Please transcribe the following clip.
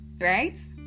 Right